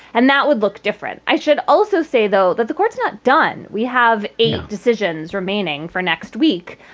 and that would look different. i should also say, though, that the court's not done. we have eight decisions remaining for next week.